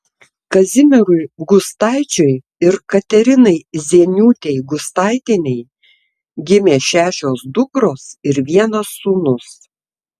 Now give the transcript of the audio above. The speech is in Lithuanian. kazimierui gustaičiui ir katerinai zieniūtei gustaitienei gimė šešios dukros ir vienas sūnus